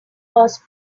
horse